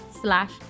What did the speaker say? slash